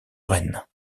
reines